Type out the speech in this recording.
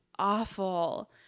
Awful